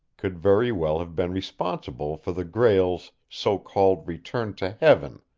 could very well have been responsible for the grail's so-called return to heaven,